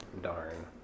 Darn